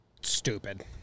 stupid